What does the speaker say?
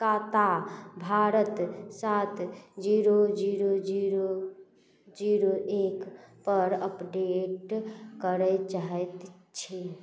काता भारत सात zero zero zero zero एकपर अपडेट करै चाहै छी